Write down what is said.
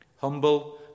Humble